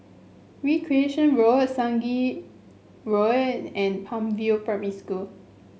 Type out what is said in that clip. Recreation Road Sungei Road and Palm View Primary School